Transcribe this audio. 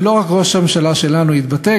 ולא רק ראש הממשלה שלנו התבטא,